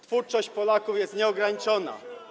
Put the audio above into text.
Twórczość Polaków jest nieograniczona.